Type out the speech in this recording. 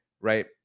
right